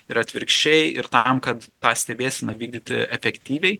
ir atvirkščiai ir tam kad tą stebėseną vykdyti efektyviai